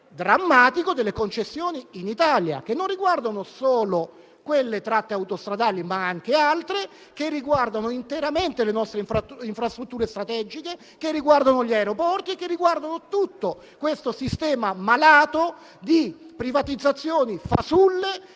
drammatico, delle concessioni in Italia, che non riguardano solo quelle tratte autostradali, ma anche altre, che riguardano interamente le nostre infrastrutture strategiche, che riguardano gli aeroporti, che riguardano tutto questo sistema malato di privatizzazioni fasulle,